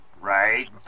right